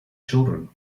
children